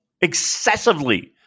excessively